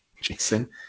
Jason